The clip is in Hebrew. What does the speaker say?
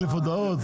1000 הודעות?